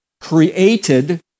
created